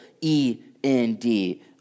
E-N-D